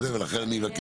לכן אני אבקש